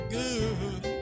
good